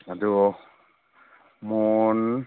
ꯑꯗꯨ ꯃꯣꯜ